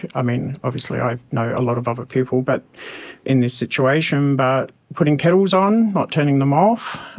i mean, obviously i know a lot of other people but in this situation, but putting kettles on, not turning them off,